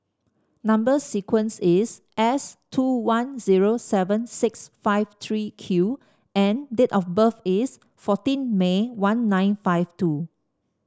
number sequence is S two one zero seven six five three Q and date of birth is fourteen May one nine five two